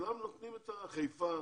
חיפה,